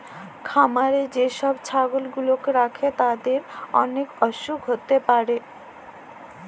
খামারে যে সব ছাগল গুলাকে রাখে তাদের ম্যালা অসুখ হ্যতে পারে